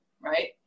right